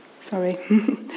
Sorry